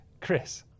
Chris